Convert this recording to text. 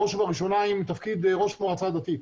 בראש ובראשונה עם תפקיד ראש המועצה הדתית.